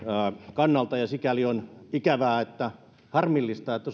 kannalta ja sikäli on ikävää ja harmillista että